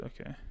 okay